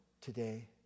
today